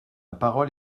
parole